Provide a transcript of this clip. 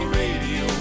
radio